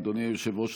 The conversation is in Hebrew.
אדוני היושב-ראש,